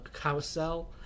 carousel